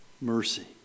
Mercy